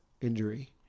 injury